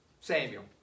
Samuel